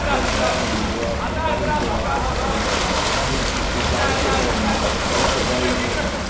जब डर रहेंगे तो वो आपको करेज देगा आपको पकड़ेगा क्योंकि ऊँचाई से डर ऊँचाई से डर लगने पर